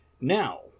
Now